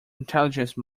intelligence